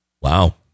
Wow